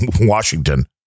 Washington